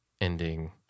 ending